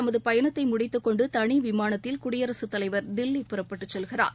தமதுபயணத்தைமுடித்துக்கொண்டுதனிவிமானத்தில் குடியரசுத் தலைவர் தில்லி இன்றபிற்பகல் புறப்பட்டுச் செல்கிறார்